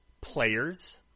players